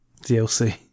DLC